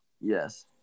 Yes